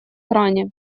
кране